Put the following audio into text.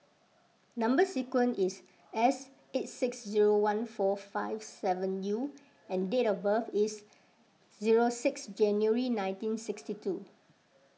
Number Sequence is S eight six zero one four five seven U and date of birth is zero six January nineteen sixty two